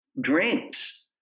drinks